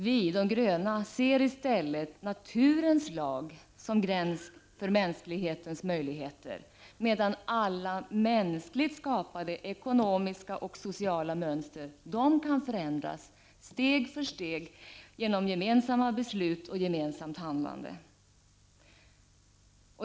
Vi, de gröna, ser i stället naturens lag som gräns för mänsklighetens möjligheter, medan alla mänskligt skapade ekonomiska och sociala mönster kan förändras, steg för steg genom gemensamma beslut och gemensamt handlande.